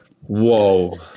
whoa